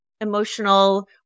emotional